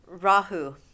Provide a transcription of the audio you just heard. Rahu